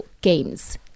Games